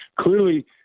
clearly